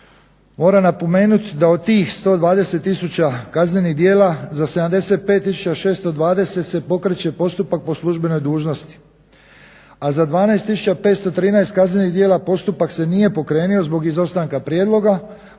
Moram napomenuti da od tih 120 tisuća kaznenih djela za 75 tisuća 620 se pokreće postupak po službenoj dužnosti, a za 12 tisuća 513 kaznenih djela postupak se nije pokrenuo zbog izostanka prijedloga,